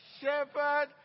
shepherd